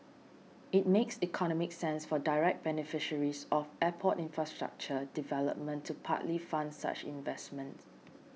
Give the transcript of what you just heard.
it makes economic sense for direct beneficiaries of airport infrastructure development to partly fund such investments